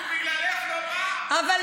הוא בגללך לא בא.